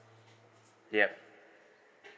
yup